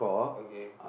okay